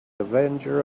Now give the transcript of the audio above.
avenger